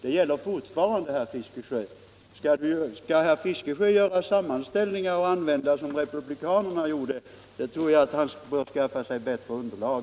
Det gäller fortfarande, herr Fiskesjö. Skall herr Fiskesjö göra sammanställningar av det slag som republikanerna i USA gjorde så tycker jag att han bör skaffa sig bättre underlag.